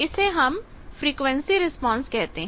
इसे हम frequency response कहते हैं